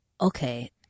okay